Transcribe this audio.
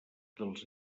dels